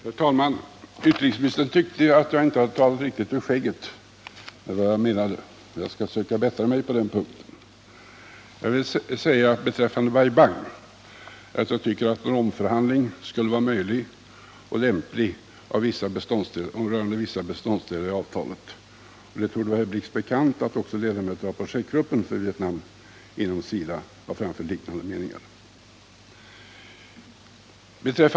Herr talman! Utrikesministern menade att jag inte riktigt talat ur skägget. Jag skall försöka bättra mig på den punkten. Beträffande Bai Bang anser jag att en omförhandling skulle vara möjlig och lämplig rörande vissa beståndsdelar i avtalet. Det torde vara herr Blix bekant att också ledamöter av projektgruppen för Vietnam inom SIDA framfört liknande meningar.